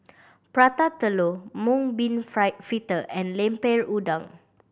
Prata Telur mung bean fried fritter and Lemper Udang